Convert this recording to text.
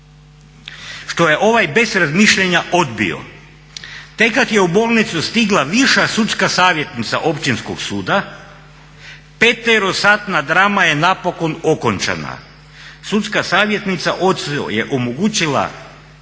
što je ovaj bez razmišljanja odbio. Tek kad je u bolnicu stigla viša sudska savjetnica Općinskog suda 5-satna drama je napokon okončana. Sudska savjetnica ocu je omogućila